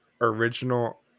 original